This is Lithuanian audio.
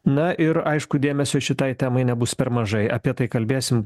na ir aišku dėmesio šitai temai nebus per mažai apie tai kalbėsim